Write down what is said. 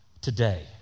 Today